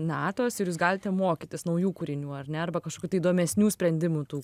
natos ir jūs galite mokytis naujų kūrinių ar ne arba kažkokių tai įdomesnių sprendimų tų